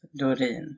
Dorin